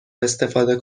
استفاده